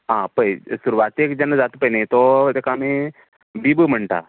आं पळय सुरवातेक जेन्ना जाता पळय नी तो तेका आमी बिबो म्हणटा